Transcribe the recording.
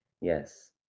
Yes